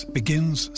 begins